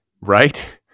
Right